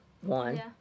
one